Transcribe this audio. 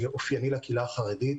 שאופייני לקהילה החרדית,